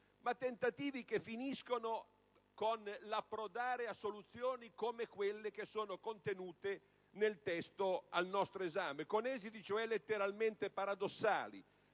tentativi che finiscono con l'approdare a soluzioni come quelle contenute nel testo al nostro esame, cioè con esiti letteralmente paradossali,